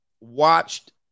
watched